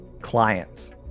clients